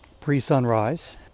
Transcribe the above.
pre-sunrise